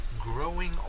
growing